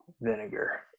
Vinegar